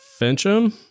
Fincham